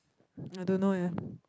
I don't know eh